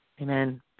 Amen